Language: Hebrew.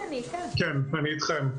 כן, אני אתכם.